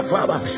Father